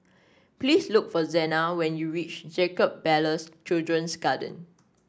please look for Sena when you reach Jacob Ballas Children's Garden